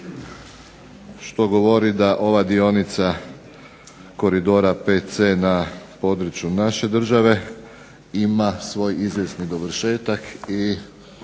što govori da ova dionica koridora VC na području naše države ima svoj izvjesni dovršetak i